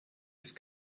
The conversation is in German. ist